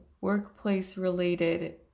workplace-related